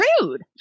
rude